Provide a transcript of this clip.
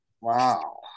Wow